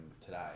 today